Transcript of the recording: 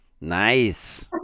Nice